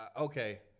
okay